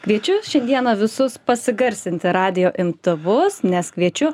kviečiu šiandieną visus pasigarsinti radijo imtuvus nes kviečiu